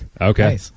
Okay